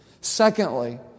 Secondly